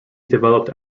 developed